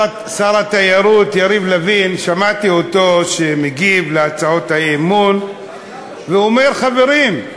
שר התיירות יריב לוין מגיב על הצעות האי-אמון ואומר: חברים,